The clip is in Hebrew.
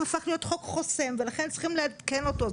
הפך להיות חוק חוסם ולכן צריכים לעדכן אותו.